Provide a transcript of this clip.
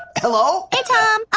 hello? hey, tom,